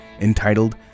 entitled